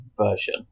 version